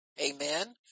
Amen